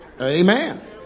Amen